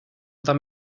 tam